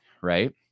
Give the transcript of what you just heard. right